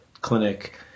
clinic